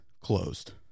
closed